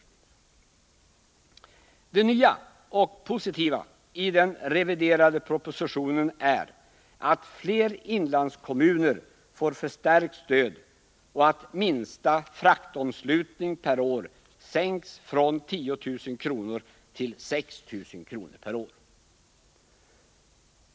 Det nya och positiva i den reviderade propositionen är att fler inlandskommuner får förstärkt stöd och att minsta fraktomslutning per år sänkts från 10 000 kr. till 6 000 kr. per år.